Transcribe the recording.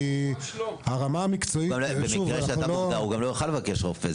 במקרה שאתה נמצא הוא גם לא יכול לבקש רופא.